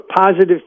Positive